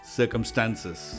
circumstances